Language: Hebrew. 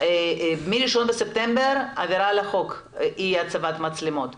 מ-1 בספטמבר אי הצבת מצלמות זו עבירה על החוק.